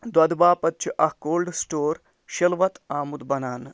دۄدھٕ باپَتھ چھُ اکھ کولڈٕ سِٹور شِلوَتھ آمُت بَناونہٕ